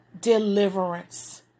deliverance